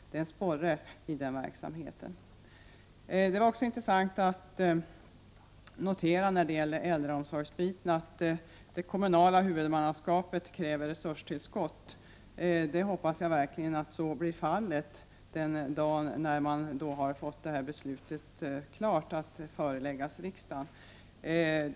Det är en sporre i den verksamheten. Det var också intressant att notera när det gäller äldreomsorgsbiten att det kommunala huvudmannaskapet kräver ett resurstillskott. Jag hoppas verkligen att så blir fallet den dag då beslutsunderlaget blir klar" att föreläggas i riksdagen.